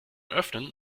öffnen